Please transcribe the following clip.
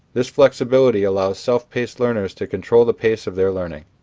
this flexibility allows self-paced learners to control the pace of their learning.